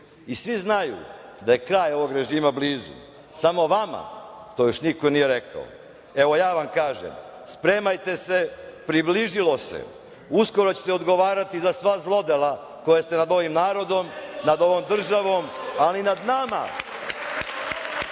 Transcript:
i svi znaju da je kraj ovog režima blizu. Samo vama to još niko nije rekao. Evo, ja vam kažem, spremajte se, približilo se. Uskoro ćete odgovarati za sva zlodela koja ste nad ovim narodom, nad ovom državom, ali i nad nama